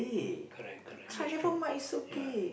correct correct restaurant ya